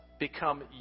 Become